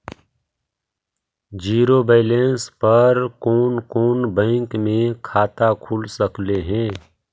Zero balance पर कोन कोन बैंक में खाता खुल सकले हे?